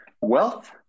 wealth